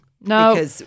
No